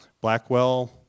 Blackwell